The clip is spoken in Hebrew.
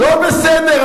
לא בסדר,